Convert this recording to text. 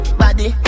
body